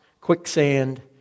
quicksand